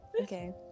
okay